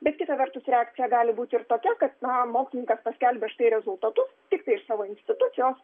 bet kita vertus reakcija gali būti ir tokia kad na mokslininkas paskelbia štai rezultatus tiktai savo institucijos